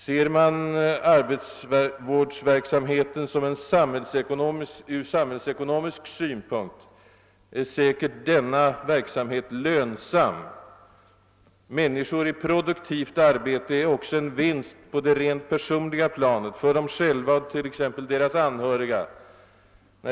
Ser man arbetsvårdsverksamheten ur samhällsekonomisk synpunkt är säkerligen denna verksamhet lönsam. Människor i produktivt arbete innebär också en vinst på det rent personliga planet för dem själva och t.ex. deras anhöriga.